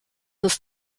ist